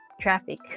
traffic